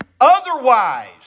otherwise